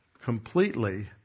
completely